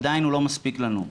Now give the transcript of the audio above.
עדיין הוא לא מספיק לנו,